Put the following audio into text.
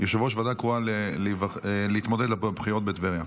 ליושב-ראש ועדה קרואה להתמודד בבחירות בטבריה.